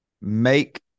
make